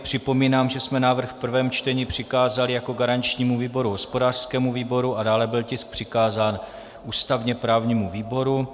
Připomínám, že jsme návrh v prvém čtení přikázali jako garančnímu výboru hospodářskému výboru a dále byl tisk přikázán ústavněprávnímu výboru.